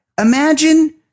Imagine